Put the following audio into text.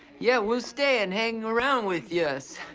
yeah, we'll stay and hang around with youse.